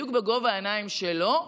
בדיוק בגובה העיניים שלו,